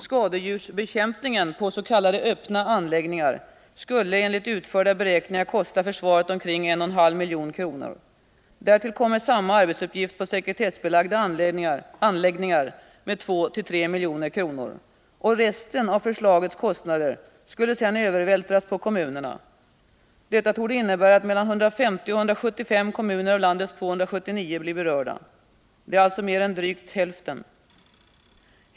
Skadedjursbekämpningen på s.k. öppna anläggningar skulle enligt utförda beräkningar kosta försvaret omkring 1,5 milj.kr. Därtill kommer samma arbetsuppgift på sekretessbelagda anläggningar med 2-3 milj.kr. Resten av förslagets kostnader skulle sedan övervältras på kommunerna. Detta torde innebära att mellan 150 och 175 av landets 279 kommuner blir berörda. Det är alltså mer än hälften.